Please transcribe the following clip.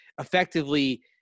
effectively